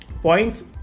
points